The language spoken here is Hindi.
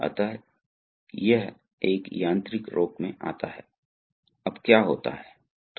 इसलिए चूंकि नाली कम दबाव पर है तुरंत दबाव गिर जाएगा इसलिए उच्च दबाव नहीं बनाया जा सकता है